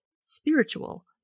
spiritual